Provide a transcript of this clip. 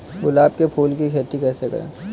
गुलाब के फूल की खेती कैसे करें?